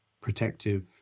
protective